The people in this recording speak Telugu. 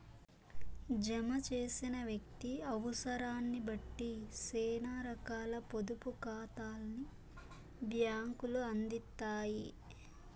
జమ చేసిన వ్యక్తి అవుసరాన్నిబట్టి సేనా రకాల పొదుపు కాతాల్ని బ్యాంకులు అందిత్తాయి